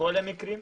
כל המקרים?